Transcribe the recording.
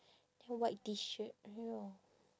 then white T shirt ya